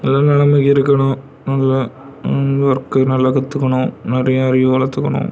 நல்ல நிலமைக்கு இருக்கணும் நல்லா ஒர்க் நல்லா கற்றுக்கணும் நிறைய அறிவை வளர்த்துக்கணும்